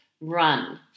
run